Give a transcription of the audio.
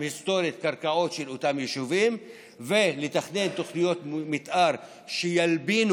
היסטורית הקרקעות של אותם יישובים ולתכנן תוכניות מתאר שילבינו